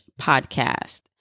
podcast